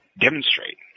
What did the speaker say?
demonstrate